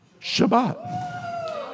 Shabbat